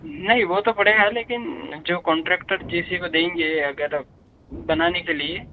नहीं वह तो पड़ेगा लेकिन जो कॉन्ट्रेक्टर किसी को देंगें अगर बनाने के लिए